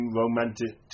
romantic